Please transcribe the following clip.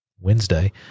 Wednesday